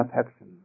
affection